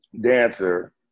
dancer